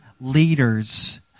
leaders